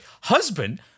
husband